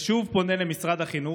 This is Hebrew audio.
ושוב פונה למשרד החינוך,